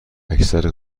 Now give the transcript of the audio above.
اکثر